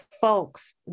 folks